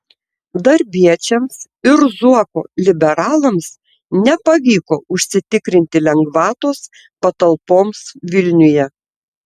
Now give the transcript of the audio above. darbiečiams ir zuoko liberalams nepavyko užsitikrinti lengvatos patalpoms vilniuje